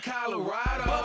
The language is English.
Colorado